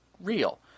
real